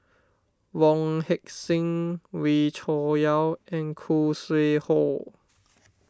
Wong Heck Sing Wee Cho Yaw and Khoo Sui Hoe